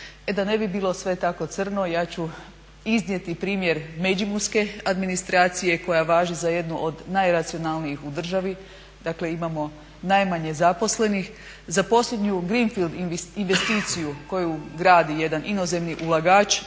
E da ne bi bilo sve tako crno ja ću iznijeti primjer međimurske administracije koja važi za jednu od najracionalnijih u državi. Dakle, imamo najmanje zaposlenih. Za posljednju greenfield investiciju koju gradi jedan inozemni ulagač,